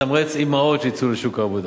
לתמרץ אמהות שיצאו לשוק העבודה.